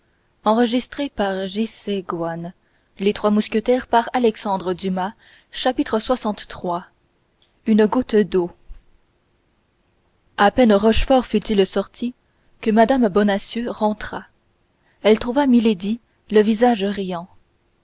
lxiii une goutte d'eau à peine rochefort fut-il sorti que mme bonacieux rentra elle trouva milady le visage riant